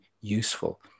useful